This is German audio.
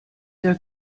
der